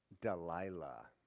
Delilah